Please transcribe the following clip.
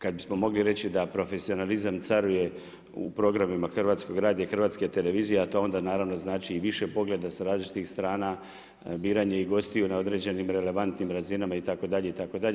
Kad bismo mogli reći da profesionalizam caruje u programima hrvatskog radija i hrvatske televizije, a to onda naravno znači i više pogleda sa različitih strana, biranju i gostiju na određenim relevantnim razinama itd. itd.